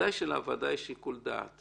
ודאי שלוועדה יש שיקול דעת,